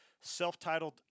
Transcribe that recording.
self-titled